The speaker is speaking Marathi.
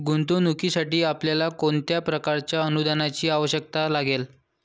गुंतवणुकीसाठी आपल्याला कोणत्या प्रकारच्या अनुदानाची आवश्यकता लागेल?